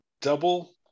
double